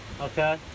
Okay